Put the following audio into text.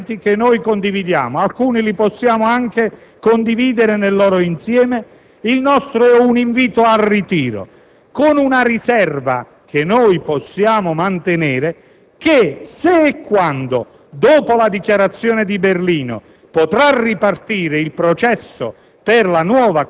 dei documenti che noi condividiamo (alcuni li possiamo anche condividere nel loro insieme), il nostro è un invito al ritiro con una riserva che possiamo mantenere. Pertanto, se e quando dopo la Dichiarazione di Berlino ripartirà il processo